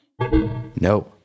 No